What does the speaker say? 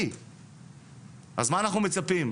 אז מה אנחנו מצפים,